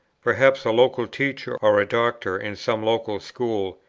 perhaps a local teacher, or a doctor in some local school,